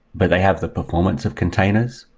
but they have the performance of containers.